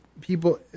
people